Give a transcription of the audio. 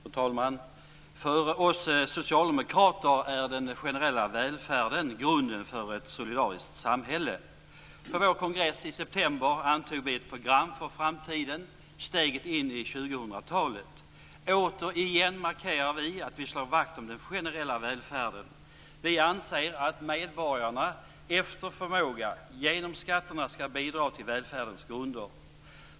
Fru talman! För oss socialdemokrater är den generella välfärden grunden för ett solidariskt samhälle. På vår kongress i september antog vi ett program för framtiden, Steget in i 2000-talet. Återigen markerar vi att vi slår vakt om den generella välfärden. Vi anser att medborgarna efter förmåga, genom skatterna, skall bidra till välfärdens grunder.